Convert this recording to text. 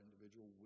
individual